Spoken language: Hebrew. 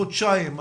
חודשיים.